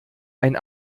ein